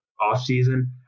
offseason